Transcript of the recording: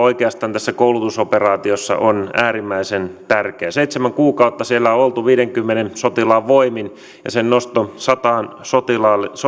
oikeastaan jatko tässä koulutusoperaatiossa on äärimmäisen tärkeä seitsemän kuukautta siellä on oltu viiteenkymmeneen sotilaan voimin ja sen nosto sataan